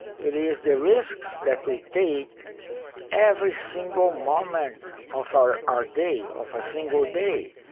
it is the risks that we take every single moment of our our day, of a single day.